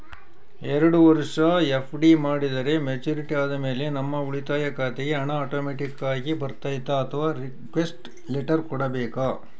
ಎರಡು ವರುಷ ಎಫ್.ಡಿ ಮಾಡಿದರೆ ಮೆಚ್ಯೂರಿಟಿ ಆದಮೇಲೆ ನಮ್ಮ ಉಳಿತಾಯ ಖಾತೆಗೆ ಹಣ ಆಟೋಮ್ಯಾಟಿಕ್ ಆಗಿ ಬರ್ತೈತಾ ಅಥವಾ ರಿಕ್ವೆಸ್ಟ್ ಲೆಟರ್ ಕೊಡಬೇಕಾ?